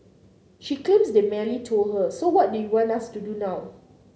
she claims they merely told her so what do you want us to do now